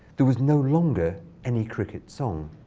there was no longer any cricket song.